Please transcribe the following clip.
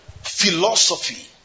philosophy